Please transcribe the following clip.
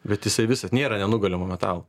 bet jisai visas nėra nenugalimo metalo